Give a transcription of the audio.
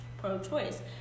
pro-choice